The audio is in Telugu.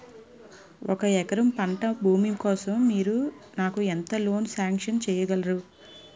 ఒక ఎకరం పంట భూమి కోసం మీరు నాకు ఎంత లోన్ సాంక్షన్ చేయగలరు?